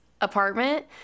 apartment